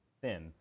thin